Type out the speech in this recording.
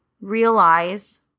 realize